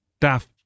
daft